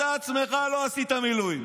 אתה עצמך לא עשית מילואים.